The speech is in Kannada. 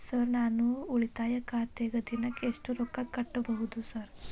ಸರ್ ನಾನು ಉಳಿತಾಯ ಖಾತೆಗೆ ದಿನಕ್ಕ ಎಷ್ಟು ರೊಕ್ಕಾ ಕಟ್ಟುಬಹುದು ಸರ್?